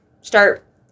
start